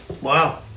Wow